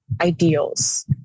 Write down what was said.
ideals